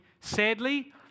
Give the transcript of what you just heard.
sadly